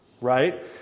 right